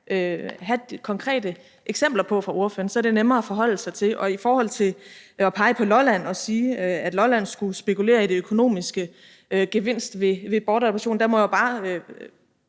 have konkrete eksempler på fra spørgeren. Så er det nemmere at forholde sig til. Og i forhold til at pege på Lolland og sige, at Lolland skulle spekulere i den økonomiske gevinst ved bortadoption, må jeg bare